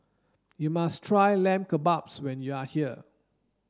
you must try Lamb Kebabs when you are here